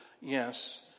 Yes